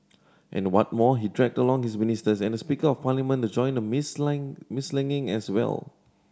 and what more he dragged along his ministers and Speaker of Parliament to join the mudsling mudslinging as well